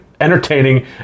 Entertaining